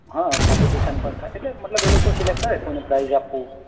હા કોમ્પિટિશન પણ થાય એટલે મતલબ એ લોકો શિલેક્ટ કરે કોને પ્રાઇજ આપવું